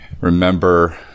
remember